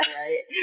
right